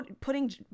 Putting